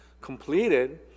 completed